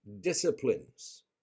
disciplines